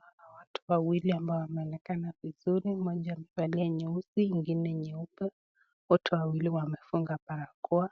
Naona watu wawili ambao wanaonekana vizuri mmoja amevalia nyeusi ingine nyeupe. Wote wawili wamefunga barakoa,